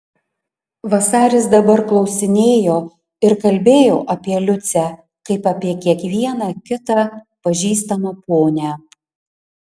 vasaris dabar klausinėjo ir kalbėjo apie liucę kaip apie kiekvieną kitą pažįstamą ponią